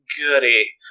goody